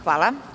HVALA.